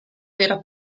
era